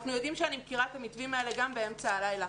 אנחנו יודעים שאני מכירה את המתווים האלה גם באמצע הלילה,